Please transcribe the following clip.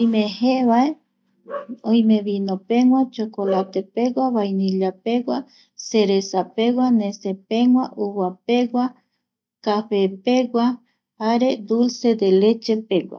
Oime jee oime vino pegua, chokolatepegua, vainillapegua, cerezapegua, nesepegua uvapeguua, ,cafepegua jare dulce de lechepegua